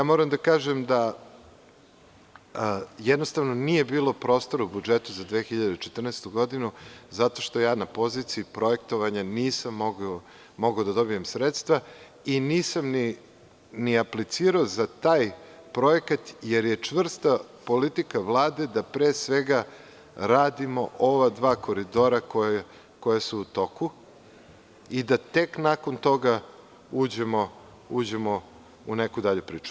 Moram da kažem, da jednostavno nije bilo prostora u budžetu za 2014. godinu zato što na poziciji projektovanja nisam mogao da dobijem sredstva i nisam ni aplicirao za taj projekat, jer je čvrsta politika Vlade da pre svega radimo ova dva koridora koja su u toku i da tek nakon toga uđemo u neku dalju priču.